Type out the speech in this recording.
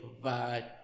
provide